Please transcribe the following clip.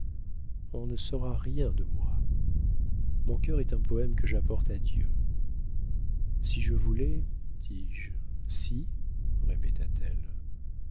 on ne saura rien de moi mon cœur est un poëme que j'apporte à dieu si je voulais dis-je si